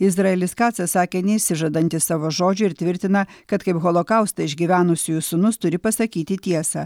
izraelis kacas sakė neišsižadantis savo žodžių ir tvirtina kad kaip holokaustą išgyvenusiųjų sūnus turi pasakyti tiesą